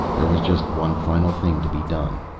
there was just one final thing to be done.